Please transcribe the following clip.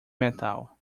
metal